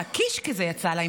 מהקישקע זה יצא לה,